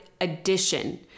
addition